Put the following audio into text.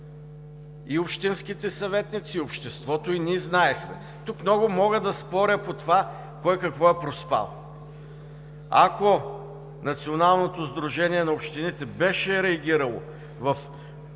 и общинските съветници, и обществото, и ние знаехме. Тук много мога да споря по това, кой – какво е проспал. Ако Националното сдружение на общините в България беше реагирало в